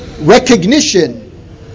recognition